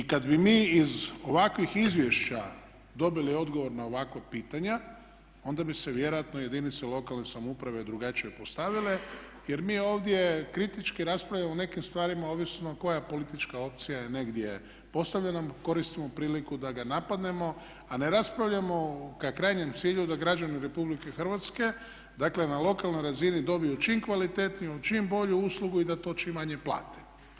I kada bi mi iz ovakvih izvješća dobili odgovor na ovakva pitanja onda bi se vjerojatno jedinice lokalne samouprave drugačije postavile jer mi ovdje kritički raspravljamo o nekim stvarima ovisno koja politička opcija je negdje postavljena, koristimo priliku da ga napadnemo a ne raspravljamo ka krajnjem cilju da građani Republike Hrvatske dakle na lokalnoj razini dobiju čim kvalitetniju, čim bolju uslugu i da to čim manje plate.